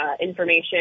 information